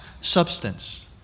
substance